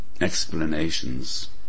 explanations